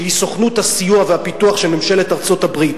שהיא סוכנות הסיוע והפיתוח של ממשלת ארצות-הברית,